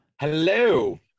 Hello